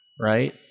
Right